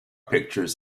pictures